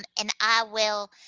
and and i will,